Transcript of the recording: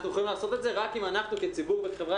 נוכל לעשות את זה רק אם אנחנו כציבור וכחברה